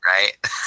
Right